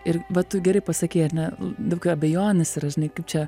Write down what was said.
ir va tu gerai pasakei ar ne daug abejonės yra žinai kaip čia